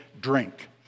drink